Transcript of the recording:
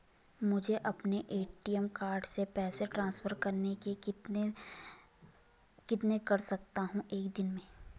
मुझे अपने ATM card से पैसे ट्रांसफर करने हैं कितने कर सकता हूँ एक दिन में?